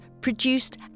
produced